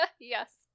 Yes